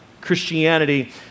Christianity